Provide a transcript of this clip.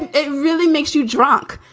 it really makes you drunk,